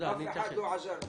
לא עזר לי.